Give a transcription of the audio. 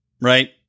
right